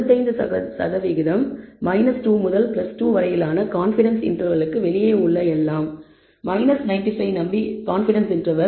95 அதாவது 2 முதல் 2 வரையிலான கான்ஃபிடன்ஸ் இன்டர்வெல்லுக்கு வெளியே உள்ள சாம்பிள்கள் எல்லாம் நீக்க வேணடும்